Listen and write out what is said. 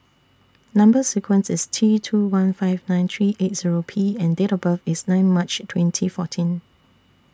Number sequence IS T two one five nine three eight Zero P and Date of birth IS nine March twenty fourteen